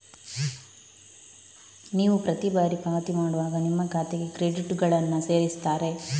ನೀವು ಪ್ರತಿ ಬಾರಿ ಪಾವತಿ ಮಾಡುವಾಗ ನಿಮ್ಮ ಖಾತೆಗೆ ಕ್ರೆಡಿಟುಗಳನ್ನ ಸೇರಿಸ್ತಾರೆ